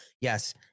Yes